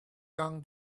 down